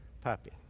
puppy